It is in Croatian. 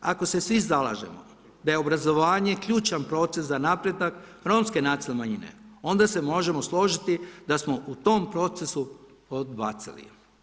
Ako se svi zalažemo da je obrazovanje ključan proces za napredak romske nacionalne manjine, onda se možemo složiti da smo u tom procesu podbacili.